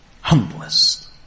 humblest